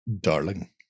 darling